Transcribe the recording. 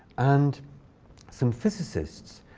and some physicists